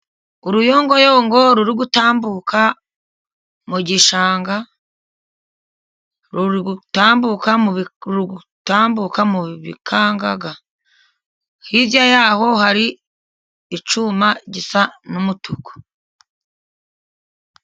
Uruyongoyongo ruri gutambuka mu gishanga. Ruri gutambuka mu bikangaga. Hirya y'aho hari icyuma gisa n'umutuku.